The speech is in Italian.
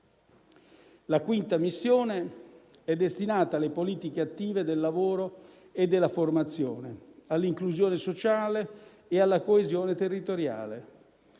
La quinta missione è destinata alle politiche attive del lavoro e della formazione, all'inclusione sociale e alla coesione territoriale.